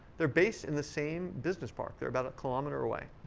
they're based in the same business park. they're about a kilometer away.